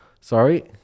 Sorry